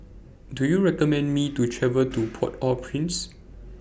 Do YOU recommend Me to travel to Port Au Prince